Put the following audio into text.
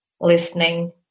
listening